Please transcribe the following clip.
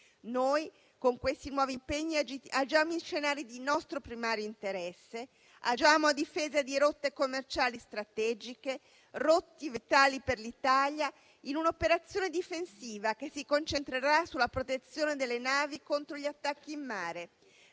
Noi, con questi nuovi impegni, agiamo in scenari di nostro primario interesse, agiamo a difesa di rotte commerciali strategiche, rotte vitali per l'Italia, in un'operazione difensiva che si concentrerà sulla protezione delle navi contro gli attacchi in mare.